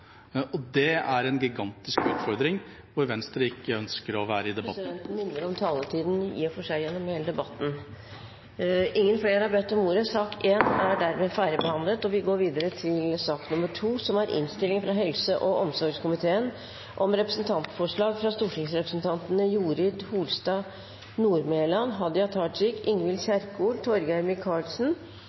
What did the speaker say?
og det er en gigantisk utfordring hvor Venstre ikke ønsker å være i debatt … Presidenten minner om taletiden, i og for seg gjennom hele debatten. Flere har ikke bedt om ordet til sak nr. 1. Etter ønske fra helse- og omsorgskomiteen vil presidenten foreslå at taletiden blir begrenset til 5 minutter til hver partigruppe og